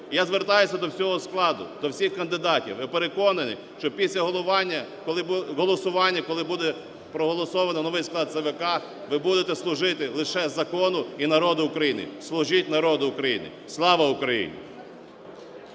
Я звертаюся до всього складу, до всіх кандидатів і переконаний, що після головування… голосування, коли буде проголосовано новий склад ЦВК, ви будете служити лише закону і народу України. Служіть народу України! Слава Україні!